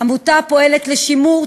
עמותה הפועלת לשימור,